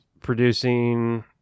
producing